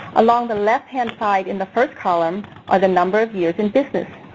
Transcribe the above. along the left-hand side in the first column are the number of years in business.